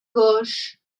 gauche